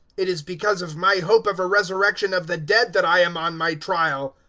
it is because of my hope of a resurrection of the dead that i am on my trial.